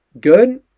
good